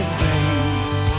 face